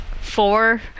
four